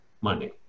money